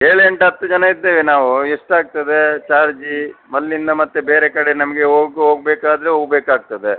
ಏಳು ಎಂಟು ಹತ್ತು ಜನ ಇದ್ದೇವೆ ನಾವು ಎಷ್ಟು ಆಗ್ತದೆ ಜಾಜಿ ಮಲ್ಲಿಂದ ಮತ್ತೆ ಬೇರೆ ಕಡೆ ನಮಗೆ ಹೋಗು ಹೊಗಬೇಕಾದ್ರೆ ಹೊಗಬೇಕಾಗ್ತದೆ